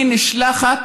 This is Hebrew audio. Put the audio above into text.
היא נשלחת,